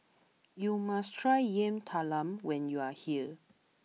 you must try Yam Talam when you are here